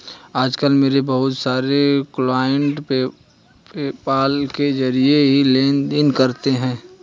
आज कल मेरे बहुत सारे क्लाइंट पेपाल के जरिये ही लेन देन करते है